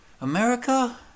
America